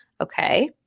Okay